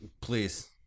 Please